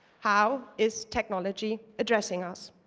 how is technology addressing us?